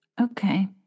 Okay